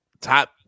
top